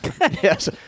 yes